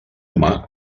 humà